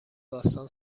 باستان